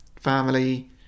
Family